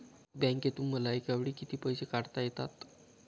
बँकेतून मला एकावेळी किती पैसे काढता येतात?